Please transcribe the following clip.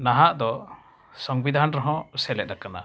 ᱱᱟᱦᱟᱜᱫᱚ ᱥᱚᱝᱵᱤᱫᱷᱟᱱ ᱨᱮᱦᱚᱸ ᱥᱮᱞᱮᱫ ᱟᱠᱟᱱᱟ